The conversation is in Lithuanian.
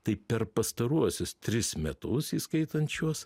taip per pastaruosius tris metus įskaitant šiuos